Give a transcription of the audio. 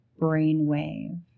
brainwave